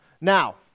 Now